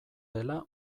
dela